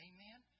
Amen